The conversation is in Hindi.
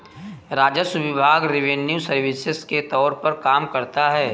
राजस्व विभाग रिवेन्यू सर्विसेज के तौर पर काम करता है